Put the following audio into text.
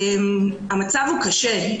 המצב הוא קשה.